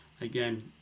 again